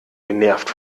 genervt